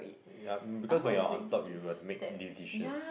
ya um because when you are on top you got to make decisions